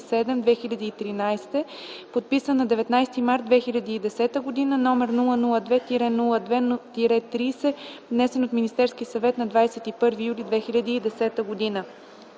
г., подписан на 19 март 2010 г., № 002-02-30, внесен от Министерския съвет на 21 юли 2010 г.